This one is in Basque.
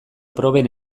proben